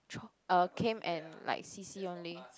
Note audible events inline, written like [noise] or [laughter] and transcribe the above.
[noise] uh came and like see see only